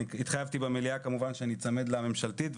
אני התחייבתי במליאה כמובן שאני אצמד להצעת החוק הממשלתית,